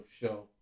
Show